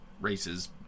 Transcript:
races